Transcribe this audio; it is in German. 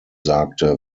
sagte